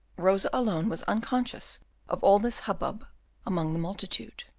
rosa alone was unconscious of all this hubbub among the multitude.